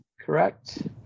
correct